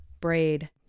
braid